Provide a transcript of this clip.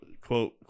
quote